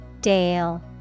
Dale